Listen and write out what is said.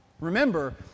Remember